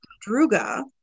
druga